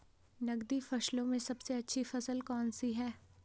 नकदी फसलों में सबसे अच्छी फसल कौन सी है?